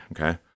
okay